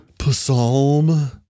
psalm